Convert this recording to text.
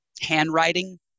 handwriting